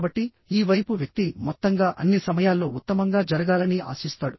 కాబట్టి ఈ వైపుః వ్యక్తి మొత్తంగా అన్ని సమయాల్లో ఉత్తమంగా జరగాలని ఆశిస్తాడు